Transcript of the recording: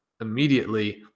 immediately